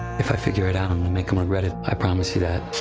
if i figure it out, i'm gonna make em regret it, i promise you that.